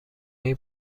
این